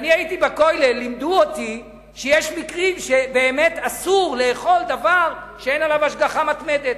לימדו אותי שיש מקרים שבאמת אסור לאכול דבר שאין עליו השגחה מתמדת,